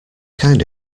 kind